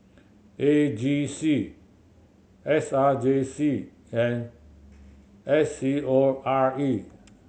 A G C S R J C and S C O R E